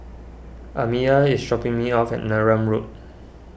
Amiya is dropping me off at Neram Road